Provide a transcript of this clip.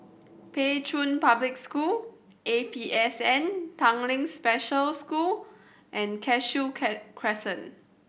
Pei Chun Public School A P S N Tanglin Special School and Cashew K Crescent